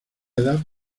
edad